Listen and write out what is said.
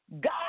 God